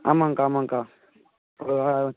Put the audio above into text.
ஆமாங்கக்கா ஆமாங்கக்கா ஒரு